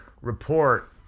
report